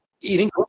eating